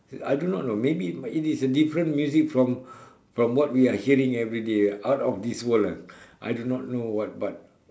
I do not know maybe it is a different music from from what we are hearing everyday out of this world ah I do not know what but